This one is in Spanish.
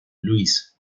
luis